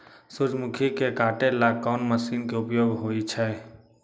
सूर्यमुखी के काटे ला कोंन मशीन के उपयोग होई छइ?